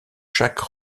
chaque